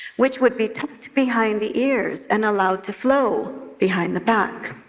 which would be tucked behind the ears and allowed to flow behind the back.